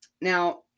now